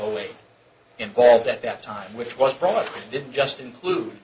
always involved at that time which was brought didn't just include